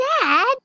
Dad